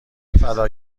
فدا